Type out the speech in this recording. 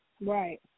right